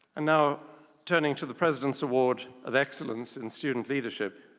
and now turning to the president's award of excellence in student leadership,